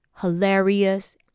hilarious